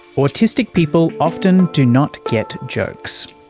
autistic people often do not get jokes.